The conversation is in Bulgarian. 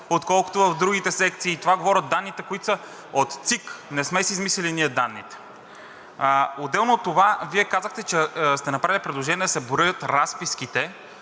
отколкото в другите секции. Това говорят данните, които са от ЦИК. Не сме си измислили ние данните. Отделно от това, Вие казахте, че сте направили предложение да се броят разписките.